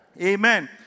Amen